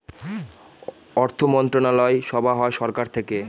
অর্থমন্ত্রণালয় সভা হয় সরকার থেকে